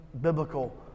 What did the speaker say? biblical